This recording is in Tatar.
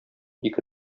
ике